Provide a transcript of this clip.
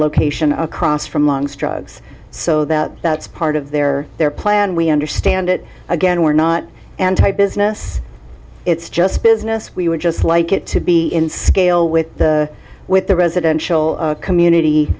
location across from lungs drugs so that that's part of their their plan we understand it again we're not anti business it's just business we would just like it to be in scale with the with the residential community